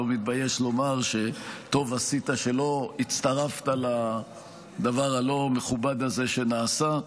אני לא מתבייש לומר שטוב עשית שלא הצטרפת לדבר הלא-מכובד הזה שנעשה.